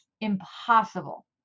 impossible